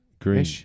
Green